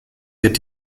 wird